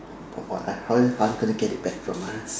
but what I how how they gonna get it back from us